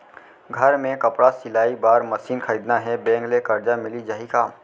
घर मे कपड़ा सिलाई बार मशीन खरीदना हे बैंक ले करजा मिलिस जाही का?